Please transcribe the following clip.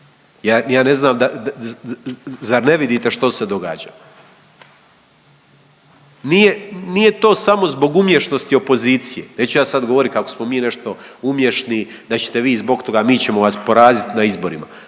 Ja ne znam da, zar ne vidite što se događa? Nije, nije to samo zbog umješnosti opozicije, neću ja sad govoriti kako smo mi nešto umješni da ćete vi zbog toga, mi ćemo vas porazit na izborima,